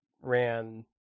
ran